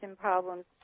problems